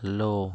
hello